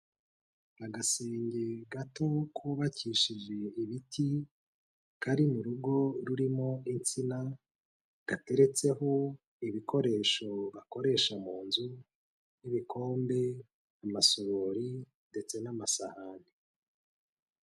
Agasenge gato kubabakishije ibiti, kari mu rugo rurimo insina, gateretseho ibikoresho bakoresha mu nzu nk'ibikombe, amasorori ndetse n'amasahani.